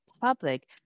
public